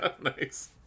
Nice